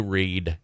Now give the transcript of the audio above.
read